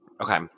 Okay